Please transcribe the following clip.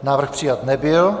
Návrh přijat nebyl.